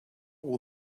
will